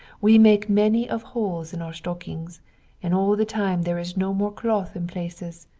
we make many of holes in our stockings and all the time there is no more cloth in places,